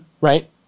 right